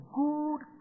good